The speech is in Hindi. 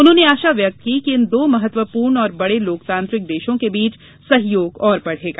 उन्होंने आशा व्यक्त की कि इन दो महत्वपूर्ण और बड़े लोकतांत्रिक देशों के बीच सहयोग और बढ़ेगा